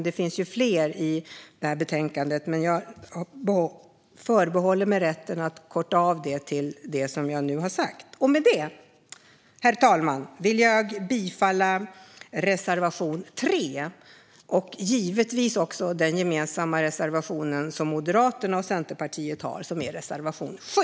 Det finns ju fler frågor som behandlas i betänkandet, men jag förbehåller mig rätten att begränsa mig till det som jag nu har sagt. Med detta, herr talman, vill jag yrka bifall till reservation 3 och givetvis också till Moderaternas och Centerpartiets gemensamma reservation 7.